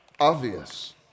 obvious